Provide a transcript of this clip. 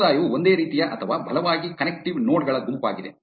ಸಮುದಾಯವು ಒಂದೇ ರೀತಿಯ ಅಥವಾ ಬಲವಾಗಿ ಕನೆಕ್ಟಿವ್ ನೋಡ್ ಗಳ ಗುಂಪಾಗಿದೆ